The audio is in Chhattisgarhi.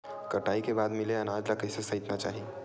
कटाई के बाद मिले अनाज ला कइसे संइतना चाही?